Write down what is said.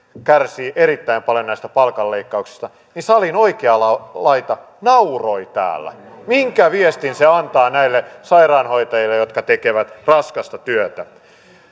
kärsivät erittäin paljon näistä palkanleikkauksista niin salin oikea laita laita nauroi täällä minkä viestin se antaa näille sairaanhoitajille jotka tekevät raskasta työtä